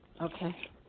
Okay